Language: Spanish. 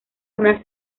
una